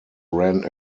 ran